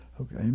okay